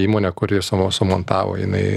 įmonė kuri sumo sumontavo jinai